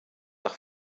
nach